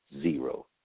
zero